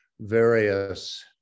various